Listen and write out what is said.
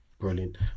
Brilliant